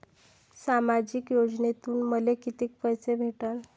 सामाजिक योजनेतून मले कितीक पैसे भेटन?